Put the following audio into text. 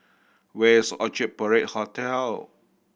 where is Orchard Parade Hotel